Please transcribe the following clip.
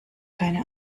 keine